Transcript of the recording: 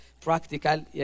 Practical